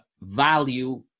value